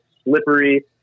Slippery